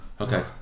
Okay